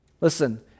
Listen